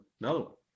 no